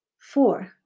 Four